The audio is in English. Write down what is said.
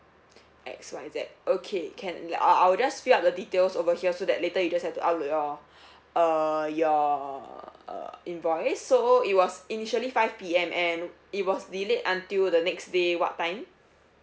X Y Z okay can I I'll just fill up the details over here so that later you just have to upload your uh your uh invoice so it was initially five P_M and it was delayed until the next day what time